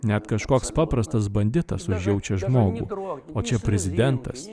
net kažkoks paprastas banditas užjaučia žmogų o čia prezidentas